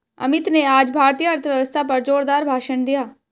अमित ने आज भारतीय अर्थव्यवस्था पर जोरदार भाषण दिया